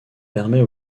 permet